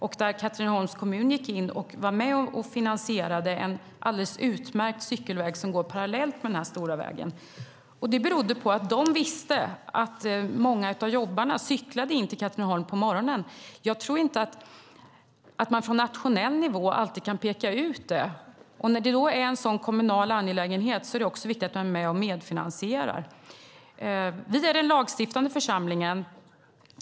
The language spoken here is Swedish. Där var Katrineholms kommun med och finansierade en alldeles utmärkt cykelväg som går parallellt med den stora vägen. Det berodde på att de visste att många av jobbarna cyklade in till Katrineholm på morgonen. Jag tror inte att man alltid på nationell nivå kan peka ut sådant. När det då är en kommunal angelägenhet är det också viktigt att man är med och medfinansierar. Vi är den lagstiftande församlingen.